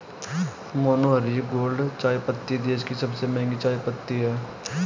मनोहारी gold चायपत्ती देश की सबसे महंगी चायपत्ती है